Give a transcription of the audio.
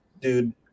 Dude